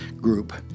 group